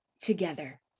together